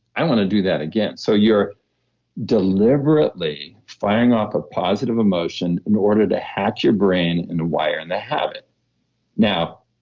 i want to do that again. so you're deliberately firing off a positive emotion in order to hack your brain and a wire in the habit now,